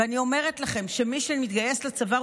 ואני אומרת לכם שמי שמתגייס לצבא,